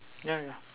ya ya